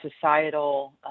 societal